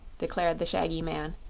declared the shaggy man.